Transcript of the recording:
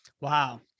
Wow